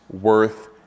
worth